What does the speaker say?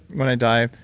when i die,